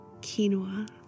quinoa